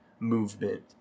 movement